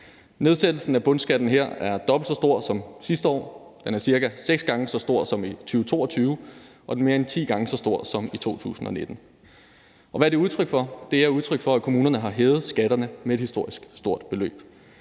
Nedsættelsen af bundskatten her er dobbelt så stor som i sidste år. Den er cirka seks gange så stor som i 2022, og den er mere end ti gange så stor som i 2019. Hvad er det udtryk for? Det er udtryk for, at kommunerne har hævet skatterne med et historisk stort beløb.